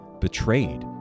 betrayed